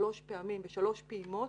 שלוש פעמים, בשלוש פעימות,